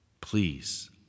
Please